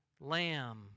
lamb